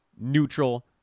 neutral